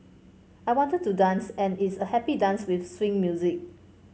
I wanted to dance and it's a happy dance with swing music